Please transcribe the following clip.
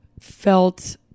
felt